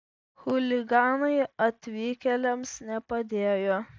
chuliganai atvykėliams nepadėjo